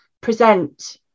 present